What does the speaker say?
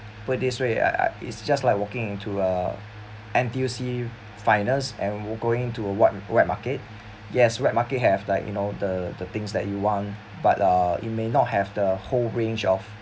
for this way uh it's just like walking into uh N_T_U_C finest and we're going to a wet wet market yes wet market have like you know the the things that you want but uh it may not have the whole range of